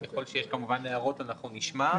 ככל שיש הערות אנחנו כמובן נשמע,